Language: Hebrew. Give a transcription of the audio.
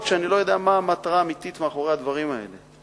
כשאני לא יודע מה המטרה האמיתית מאחורי הדברים האלה?